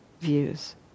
views